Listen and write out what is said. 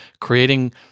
creating